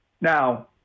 Now